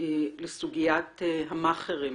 לסוגיית המאכערים